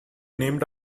named